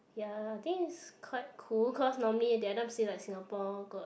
ya think it's quite cool cause normally they everytime say like Singapore got